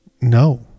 No